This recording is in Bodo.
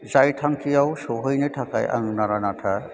जाय थांखियाव सहैनो थाखाय आं नारा नाथा